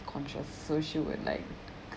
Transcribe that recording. conscious so she would like